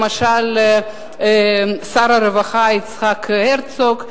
למשל שר הרווחה יצחק הרצוג,